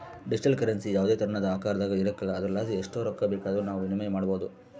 digital currency ಯಾವುದೇ ತೆರನಾದ ಆಕಾರದಾಗ ಇರಕಲ್ಲ ಆದುರಲಾಸಿ ಎಸ್ಟ್ ರೊಕ್ಕ ಬೇಕಾದರೂ ನಾವು ವಿನಿಮಯ ಮಾಡಬೋದು